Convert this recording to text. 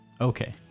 okay